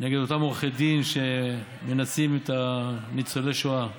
נגד אותם עורכי דין שמנצלים את ניצולי השואה.